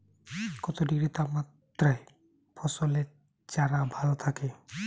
কত ডিগ্রি তাপমাত্রায় ফসলের চারা ভালো থাকে?